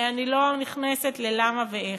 ואני לא נכנסת ללמה ואיך.